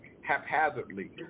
haphazardly